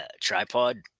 Tripod